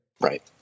Right